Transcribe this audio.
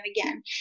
again